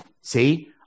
See